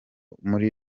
muri